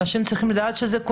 אנשים צריכים לדעת על זה.